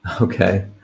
Okay